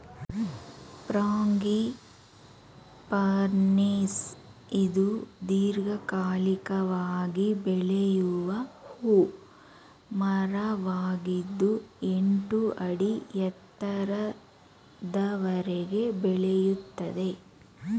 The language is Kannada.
ಫ್ರಾಂಗಿಪನಿಸ್ ಇದು ದೀರ್ಘಕಾಲಿಕವಾಗಿ ಬೆಳೆಯುವ ಹೂ ಮರವಾಗಿದ್ದು ಎಂಟು ಅಡಿ ಎತ್ತರದವರೆಗೆ ಬೆಳೆಯುತ್ತದೆ